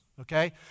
Okay